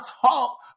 talk